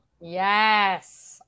Yes